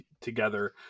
together